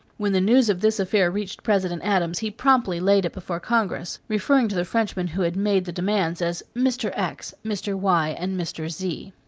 when the news of this affair reached president adams, he promptly laid it before congress, referring to the frenchmen who had made the demands as mr. x, mr. y, and mr. z.